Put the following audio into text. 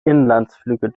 inlandsflüge